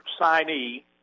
signee